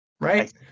Right